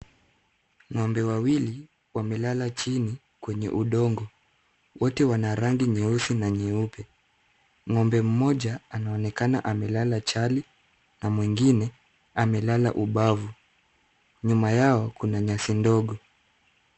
Ng'ombe wawili wamelala chini kwenye udongo. Wote wana rangi nyeusi na nyeupe. Ng'ombe mmoja anaonekana amelala chali na mwengine amelala ubavu. Nyuma yao kuna nyasi ndogo.